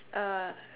uh